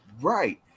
Right